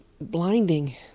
blinding